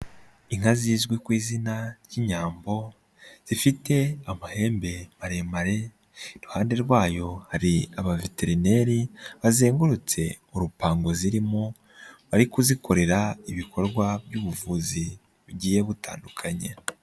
Inka zizwi ku izina ry'inyambo ifite amahembe maremare, iruhande rwayo hari abaveterineri bazengurutse urupango zirimo bari kuzikorera ibikorwa by'ubuvuzi bigiye butandukanye.